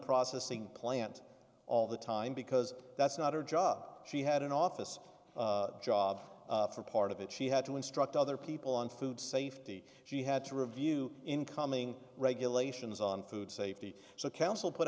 processing plant all the time because that's not her job she had an office job for part of it she had to instruct other people on food safety she had to review incoming regulations on food safety so council put